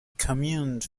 commute